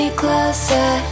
closer